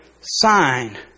sign